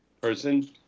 person